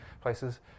places